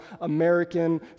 American